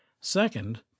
Second